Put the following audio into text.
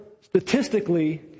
statistically